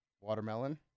watermelon